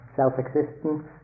self-existence